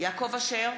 יעקב אשר,